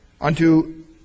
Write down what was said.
unto